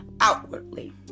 outwardly